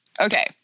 Okay